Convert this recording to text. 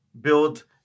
build